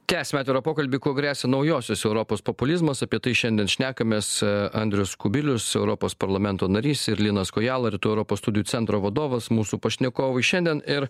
tesiame atvirą pokalbį kuo gresia naujosios europos populizmas apie tai šiandien šnekamės andrius kubilius europos parlamento narys ir linas kojala rytų europos studijų centro vadovas mūsų pašnekovai šiandien ir